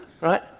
right